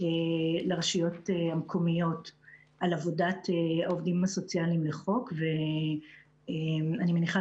לרשויות המקומיות על עבודת העובדים הסוציאליים לחוק ואני מניחה